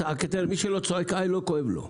מי שלא צועק איי, לא כואב לו.